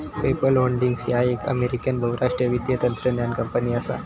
PayPal Holdings ह्या एक American बहुराष्ट्रीय वित्तीय तंत्रज्ञान कंपनी असा